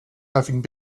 having